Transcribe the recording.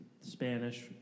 Spanish